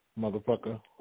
motherfucker